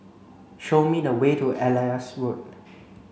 show me the way to Elias Road